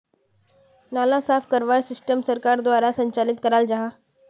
नाला साफ करवार सिस्टम सरकार द्वारा संचालित कराल जहा?